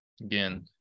Again